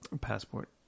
Passport